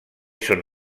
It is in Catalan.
són